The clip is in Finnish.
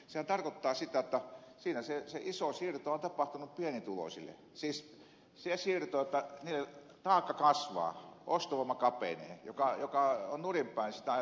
sehän tarkoittaa sitä jotta siinä se iso siirto on tapahtunut pienituloisille siis se siirto että niiden taakka kasvaa ostovoima kapenee mikä on nurinpäin sitä ajatusta että elvytetään